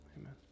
amen